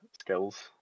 Skills